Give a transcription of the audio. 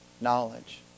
knowledge